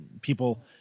people